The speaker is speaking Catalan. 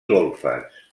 golfes